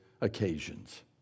occasions